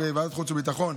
ועדת החוץ והביטחון,